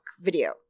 video